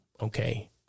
okay